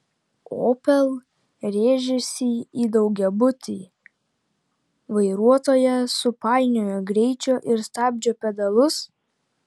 opel rėžėsi į daugiabutį vairuotoja supainiojo greičio ir stabdžio pedalus